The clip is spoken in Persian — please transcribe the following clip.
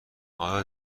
آیا